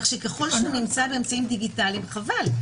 ככל שהוא נעשה באמצעים דיגיטליים חבל.